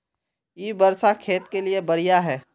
इ वर्षा खेत के लिए बढ़िया है?